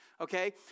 okay